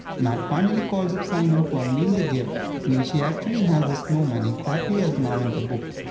mat finally calls up simon to unveil the gift in which he actually has the snowman exactly as now in the book.